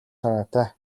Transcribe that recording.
санаатай